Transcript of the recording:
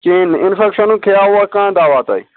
کہیٖنٛۍ نہٕ انفیٚکشنُک کھیٚووا کانٛہہ دوا تۄہہِ